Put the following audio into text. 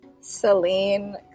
Celine